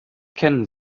kennen